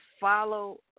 follow